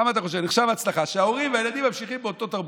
כמה אתה חושב נחשב הצלחה לכך שההורים והילדים ממשיכים באותה תרבות?